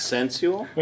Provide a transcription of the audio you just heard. Sensual